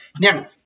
Now